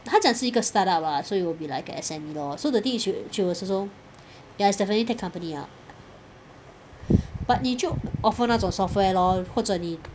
她讲是一个 startup lah so it will be like a S_M_E lor so the thing is she she was also ya it's definitely tech company ah but 你 job offer 那种 software lor 或者你